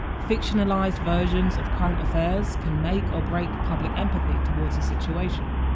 fictionalised versions of current affairs can make or break public empathy towards a situation